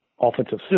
offensive